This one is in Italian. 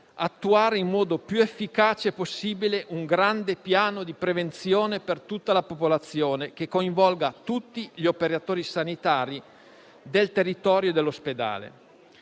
attuare in modo più efficace possibile un grande piano di prevenzione per tutta la popolazione, che coinvolga tutti gli operatori sanitari del territorio e dell'ospedale.